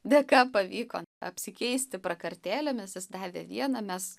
dėka pavyko apsikeisti prakartėlėmis jis davė vieną mes